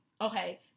okay